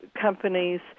companies